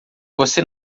você